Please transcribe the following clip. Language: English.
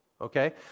Okay